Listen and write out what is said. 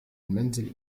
المنزل